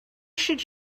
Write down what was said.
should